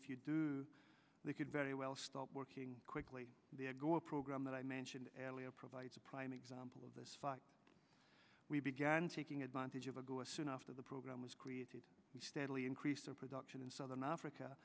if you do they could very well stop working quickly the ago a program that i mentioned earlier provides a prime example of this we began taking advantage of a go or soon after the program was created we steadily increase our production in southern africa